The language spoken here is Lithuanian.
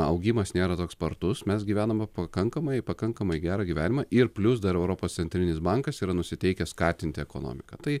augimas nėra toks spartus mes gyvename pakankamai pakankamai gerą gyvenimą ir plius dar europos centrinis bankas yra nusiteikęs skatinti ekonomiką tai